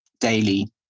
daily